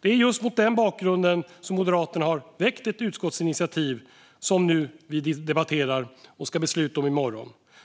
Det är just